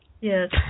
yes